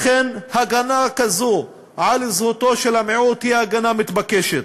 לכן הגנה כזאת על זהותו של המיעוט היא הגנה מתבקשת.